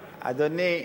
הדתות,